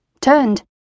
turned